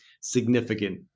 significant